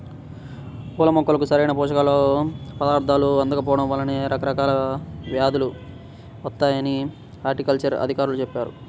పూల మొక్కలకు సరైన పోషక పదార్థాలు అందకపోడం వల్లనే రకరకాల వ్యేదులు వత్తాయని హార్టికల్చర్ అధికారులు చెప్పారు